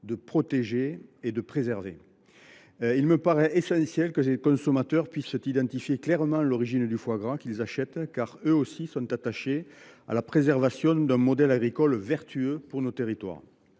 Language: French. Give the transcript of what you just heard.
de protéger et de préserver. Il me paraît donc essentiel que les consommateurs puissent identifier clairement l’origine du foie gras qu’ils achètent. Eux aussi sont attachés à la sauvegarde d’un modèle agricole vertueux pour nos territoires.